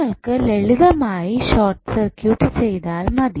നിങ്ങൾക്ക് ലളിതമായി short circuit ചെയ്താൽ മതി